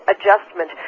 adjustment